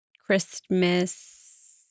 Christmas